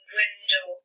window